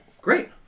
Great